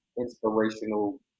inspirational